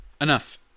Enough